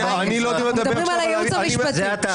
מדברים על הייעוץ המשפטי.